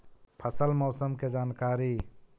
फसल मौसम के जानकारी?